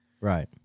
Right